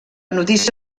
notícia